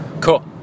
Cool